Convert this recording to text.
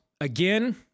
again